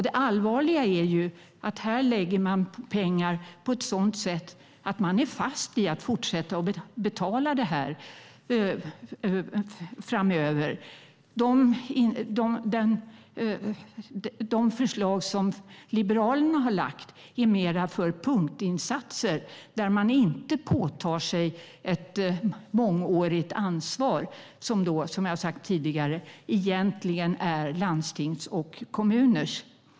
Det allvarliga är att man lägger pengar på ett sådant sätt att man är fast i att fortsätta betala framöver. De förslag som Liberalerna har lagt gäller mer punktinsatser, där man inte påtar sig ett mångårigt ansvar vilket som sagt egentligen är landstings och kommuners.